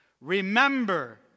remember